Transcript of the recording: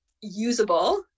usable